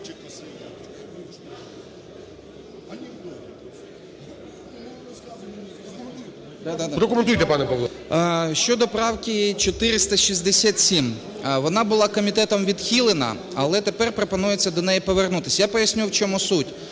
Щодо правки 467. Вона була комітетом відхилена, але тепер пропонується до неї повернутись, і я поясню, в чому суть.